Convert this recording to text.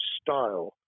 style